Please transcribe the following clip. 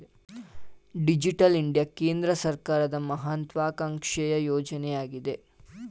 digital India ಕೇಂದ್ರ ಸರ್ಕಾರದ ಮಹತ್ವಾಕಾಂಕ್ಷೆಯ ಯೋಜನೆಯಗಿದೆ